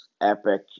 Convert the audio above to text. epic